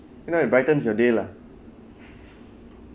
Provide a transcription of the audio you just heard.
you know it brightens your day lah